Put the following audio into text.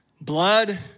Blood